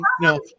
No